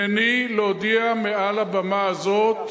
הנני להודיע מעל במה זו,